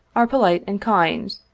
are polite and kind,